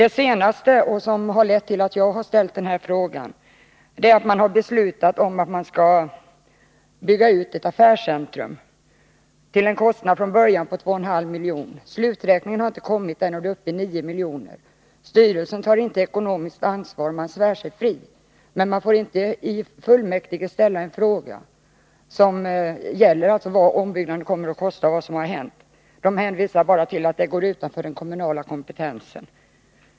Det senaste, som har lett till att jag ställt min fråga, är att man har beslutat att bygga ut ett affärscentrum till en kostnad som från början var beräknad till 2,5 milj.kr. Sluträkningen har inte kommit än, men kostnaderna är uppe i 9 miljoner. Styrelsen svär sig fri från ekonomiskt ansvar, men man får inte i kommunfullmäktige ställa en fråga om vad ombyggnaden kommer att kosta och vad som har skett i ärendet. Man hänvisar bara till att detta går utanför den kommunala kompetensen.